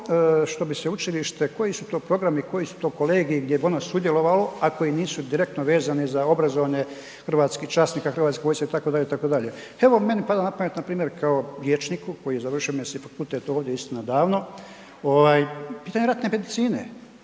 što bi sveučilište, koji su to programi, koji su to kolegiji gdje bi on sudjelovao, ako nisu direktno vezano za obrazovanje hrvatskih časnika, Hrvatske vojske, itd., itd. Evo meni pada napamet kao vijećniku koji je završio medicinski fakultet isto ovdje na davno, pitanje ratne medicine.